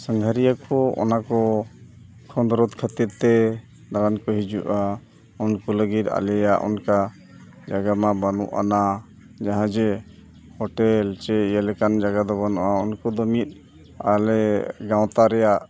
ᱥᱟᱸᱜᱷᱟᱨᱤᱭᱟᱹ ᱠᱚ ᱚᱱᱟ ᱠᱚ ᱠᱷᱚᱸᱫᱽᱨᱚᱫ ᱠᱷᱟᱹᱛᱤᱨ ᱛᱮ ᱫᱟᱬᱟᱱ ᱠᱚ ᱦᱤᱡᱩᱜᱼᱟ ᱩᱱᱠᱩ ᱞᱟᱹᱜᱤᱫ ᱟᱞᱮᱭᱟᱜ ᱚᱱᱠᱟ ᱡᱟᱭᱜᱟ ᱢᱟ ᱵᱟᱹᱱᱩᱜ ᱟᱱᱟ ᱡᱟᱦᱟᱸ ᱡᱮ ᱦᱳᱴᱮᱞ ᱥᱮ ᱤᱭᱟᱹ ᱞᱮᱠᱟᱱ ᱡᱟᱭᱜᱟ ᱫᱚ ᱵᱟᱹᱱᱩᱜᱼᱟ ᱩᱱᱠᱩ ᱫᱚ ᱢᱤᱫ ᱟᱞᱮ ᱜᱟᱶᱛᱟ ᱨᱮᱭᱟᱜ